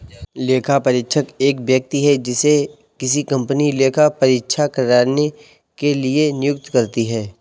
लेखापरीक्षक एक व्यक्ति है जिसे किसी कंपनी लेखा परीक्षा करने के लिए नियुक्त करती है